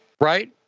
right